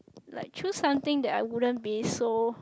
like choose something that I wouldn't be so